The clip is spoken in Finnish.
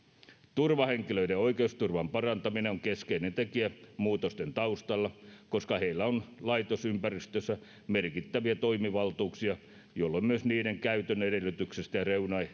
turvahenkilöiden oikeusturvan parantaminen on keskeinen tekijä muutosten taustalla koska heillä on laitosympäristössä merkittäviä toimivaltuuksia jolloin myös niiden käytön edellytyksistä ja